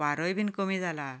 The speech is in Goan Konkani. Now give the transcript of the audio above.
वारोय बी कमी जाला